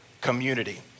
community